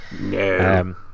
No